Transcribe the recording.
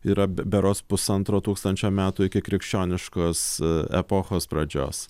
yra berods pusantro tūkstančio metų ikikrikščioniškos epochos pradžios